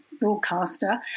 broadcaster